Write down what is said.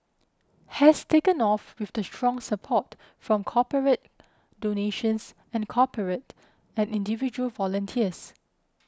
has taken off with the strong support from corporate donations and corporate and individual volunteers